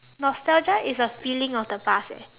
nostalgia is a feeling of the past eh